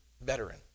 veteran